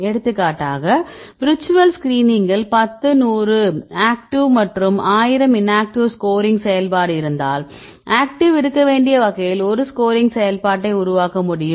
எடுத்துக்காட்டாகவிர்ச்சுவல் ஸ்கிரீனிங்கில் 10 100 ஆக்டிவ் மற்றும் ஆயிரம் இன்ஆக்டிவ் ஸ்கோரிங் செயல்பாடு இருந்தால் ஆக்டிவ் இருக்க வேண்டிய வகையில் ஒரு ஸ்கோரிங் செயல்பாட்டை உருவாக்க முடியும்